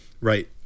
Right